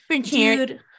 dude